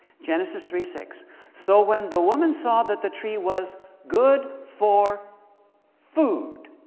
genesis three six so when the woman saw that the tree was good for food,